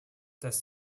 dass